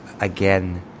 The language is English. again